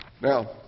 Now